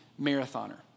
marathoner